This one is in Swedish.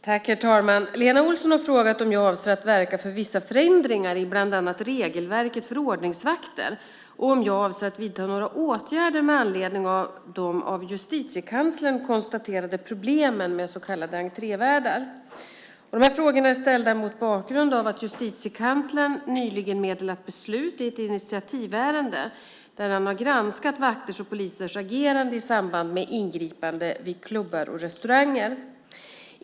Herr talman! Lena Olsson har frågat om jag avser att verka för vissa förändringar i bland annat regelverket för ordningsvakter och om jag avser att vidta några åtgärder med anledning av de av Justitiekanslern konstaterade problemen med så kallade entrévärdar. Frågorna är ställda mot bakgrund av att Justitiekanslern nyligen meddelat beslut i ett initiativärende där han har granskat vakters och polisers agerande i samband med ingripanden vid klubbar och restauranger.